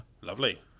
Lovely